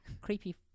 creepy